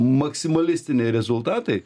maksimalistiniai rezultatai